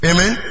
Amen